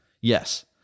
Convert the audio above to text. Yes